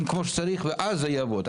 כמו שצריך ואז זה יעבוד,